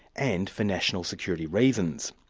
and for national security reasons.